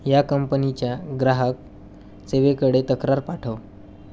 या कंपनीच्या ग्राहक सेवेकडे तक्रार पाठव